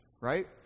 right